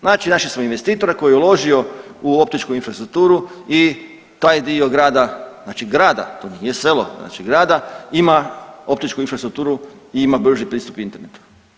Znači našli smo investitora koji je uložio u optičku infrastrukturu i taj dio grada, znači grada, to nije selo, znači grada ima optičku infrastrukturu i ima brži pristup internetu.